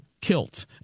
kilt